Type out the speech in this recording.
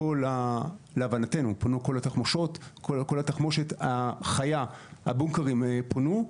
להבנתנו פונתה כל התחמושת החיה, הבונקרים פונו.